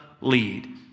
lead